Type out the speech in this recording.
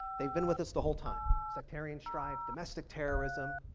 they've been with us the whole time. sectarian strife, domestic terrorism,